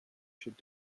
should